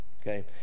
okay